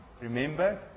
Remember